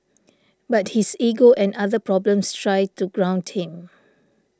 but his ego and other problems try to ground him